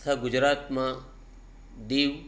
તથા ગુજરાતમાં દીવ